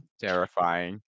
terrifying